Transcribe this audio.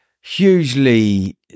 hugely